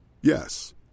Yes